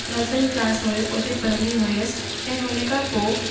nursery class हुओ हुते पढ़ंदी हुअसि ऐं हुनखां पोइ